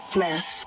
Smith